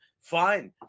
fine